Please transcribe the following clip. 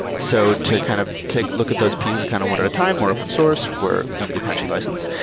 so to kind of take a look at those pieces kind of one at a time. we're open source. we're under the apache license,